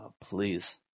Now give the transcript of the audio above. please